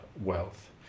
wealth